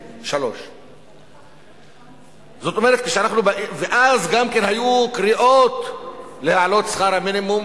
56.3%. ואז גם היו קריאות להעלות את שכר המינימום,